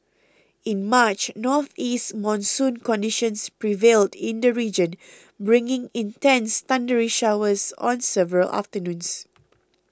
in March northeast monsoon conditions prevailed in the region bringing intense thundery showers on several afternoons